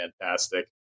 fantastic